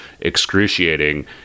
excruciating